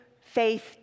faith